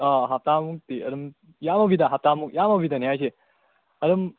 ꯑꯥ ꯍꯞꯇꯥꯃꯨꯛꯇꯤ ꯑꯗꯨꯝ ꯌꯥꯝꯃꯕꯤꯗ ꯍꯞꯇꯥꯃꯨꯛ ꯌꯥꯝꯃꯕꯤꯗꯅꯦ ꯍꯥꯏꯁꯦ ꯑꯗꯨꯝ